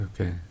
Okay